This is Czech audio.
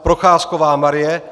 Procházková Marie